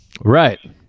Right